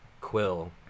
quill